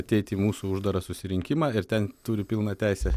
ateiti į mūsų uždarą susirinkimą ir ten turi pilną teisę